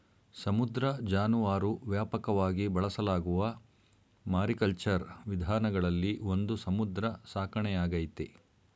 ಸಮುದ್ರ ಜಾನುವಾರು ವ್ಯಾಪಕವಾಗಿ ಬಳಸಲಾಗುವ ಮಾರಿಕಲ್ಚರ್ ವಿಧಾನಗಳಲ್ಲಿ ಒಂದು ಸಮುದ್ರ ಸಾಕಣೆಯಾಗೈತೆ